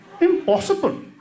impossible